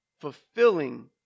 fulfilling